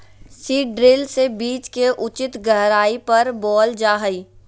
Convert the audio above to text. seed drill से बीज के उचित गहराई पर बोअल जा हइ